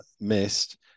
missed